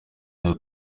rwa